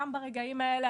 גם ברגעים האלה,